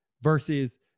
versus